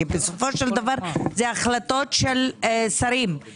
כי בסופו של דבר זה החלטות של משרדים,